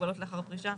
הגבלות לאחר פרישה,